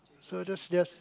so just yes